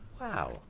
Wow